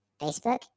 Facebook